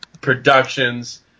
productions